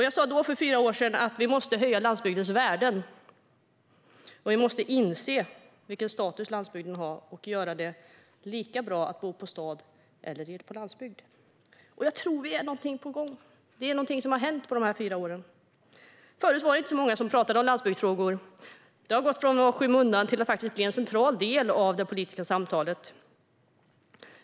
Jag sa då, för fyra år sedan, att vi måste höja landsbygdens värde, inse vilken status landsbygden har och göra det lika bra att bo i stad som på landsbygd. Jag tror att vi är på väg nu. Någonting har hänt under de här fyra åren. Förut var det inte så många som talade om landsbygdsfrågor. De har gått från att vara i skymundan till att faktiskt bli en central del av det politiska samtalet.